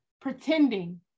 pretending